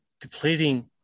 depleting